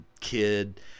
kid